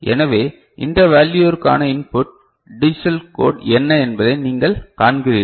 எனவே இந்த வேல்யுவிர்க்கான இன்புட் டிஜிட்டல் கோட் என்ன என்பதை நீங்கள் காண்கிறீர்கள்